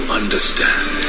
understand